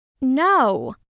No